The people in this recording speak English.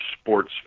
sports